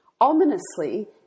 Ominously